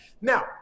Now